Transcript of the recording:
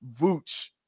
Vooch